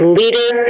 leader